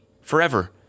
forever